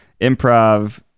improv